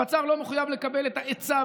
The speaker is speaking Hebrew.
הפצ"ר לא מחויב לקבל את ה"עצה",